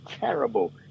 terrible